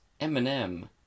Eminem